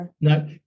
No